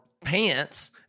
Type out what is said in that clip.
pants